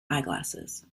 eyeglasses